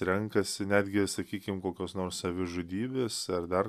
renkasi netgi sakykim kokios nors savižudybės ar dar